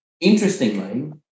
interestingly